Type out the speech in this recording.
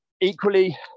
Equally